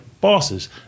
bosses